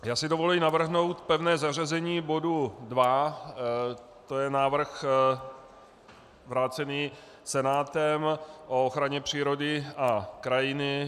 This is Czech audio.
Já si dovoluji navrhnout pevné zařazení bodu 2, to je návrh vrácený Senátem o ochraně přírody a krajiny.